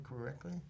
correctly